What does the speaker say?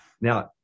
Now